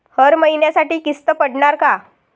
हर महिन्यासाठी किस्त पडनार का?